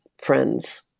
friends